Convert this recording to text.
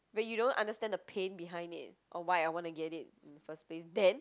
but you don't understand the pain behind it or why I wanna get it in first place then